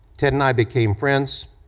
ted and i became friends,